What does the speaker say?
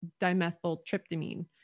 dimethyltryptamine